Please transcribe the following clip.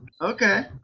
Okay